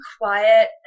quiet